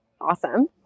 awesome